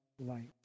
light